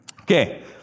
Okay